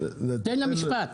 תן לה משפט.